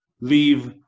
Leave